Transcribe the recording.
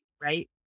right